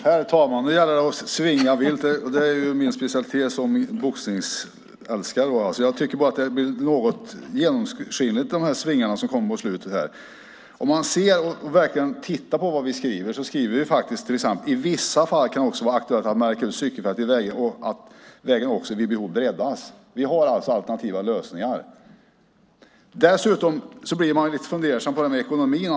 Herr talman! Nu gäller det att svinga vilt. Det är min specialitet som boxningsälskare. Jag tycker bara att svingarna som kom på slutet blev något genomskinliga. Vi skriver till exempel: "I vissa fall kan det också vara aktuellt att märka ut cykelfält i vägrenen, och att vägen också - vid behov - breddas." Vi har alltså alternativa lösningar. Dessutom blir man lite fundersam vad gäller ekonomin.